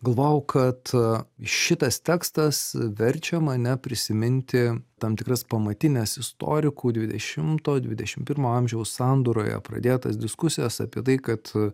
galvojau kad šitas tekstas verčia mane prisiminti tam tikras pamatines istorikų dvidešimto dvidešimt pirmo amžiaus sandūroje pradėtas diskusijas apie tai kad